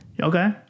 Okay